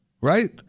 Right